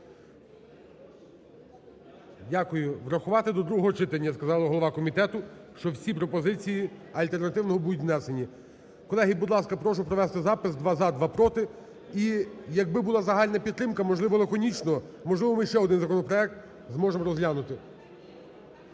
Дякую. Врахувати до другого читання, сказала голова комітету, що всі пропозиції альтернативного будуть внесені. Колеги, будь ласка, прошу провести запис: два – за, два – проти. І якби була загальна підтримка, можливо лаконічно, можливо, ми ще один законопроект зможемо розглянути.